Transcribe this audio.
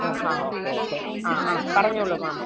ഓ ഹാ okay okay ആ ആ പറഞ്ഞോളൂ മേം